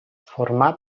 formà